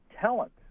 talent